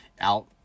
out